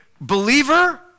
believer